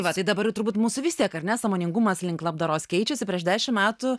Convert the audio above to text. tai va tai dabar turbūt jau mūsų vis tiek ar ne sąmoningumas link labdaros keičiasi prieš dešimt metų